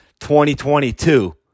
2022